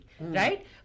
right